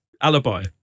alibi